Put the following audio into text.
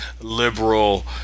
liberal